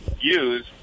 use